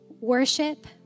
worship